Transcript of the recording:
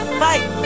fight